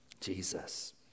Jesus